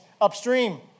upstream